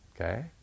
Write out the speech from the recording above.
okay